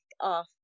off